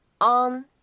on